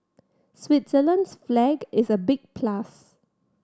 Switzerland's flag is a big plus